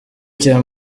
cya